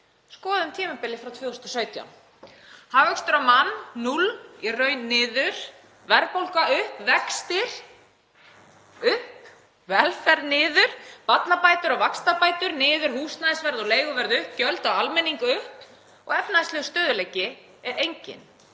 Skoðum tímabilið frá 2017: Hagvöxtur á mann 0, í raun niður, verðbólga upp, vextir upp, velferð niður, barnabætur og vaxtabætur niður, húsnæðisverð og leiguverð upp, gjöld á almenning upp og efnahagslegur stöðugleiki er enginn.